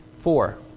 Four